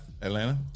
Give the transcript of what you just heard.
Atlanta